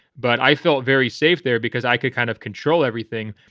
but i felt very safe there because i could kind of control everything.